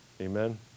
Amen